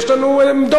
יש לנו עמדות.